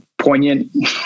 poignant